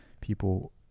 people